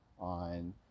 on